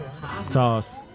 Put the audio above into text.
Toss